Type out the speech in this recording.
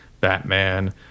Batman